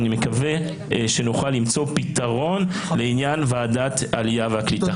ואני מקווה שנוכל למצוא פתרון לעניין ועדת העלייה והקליטה.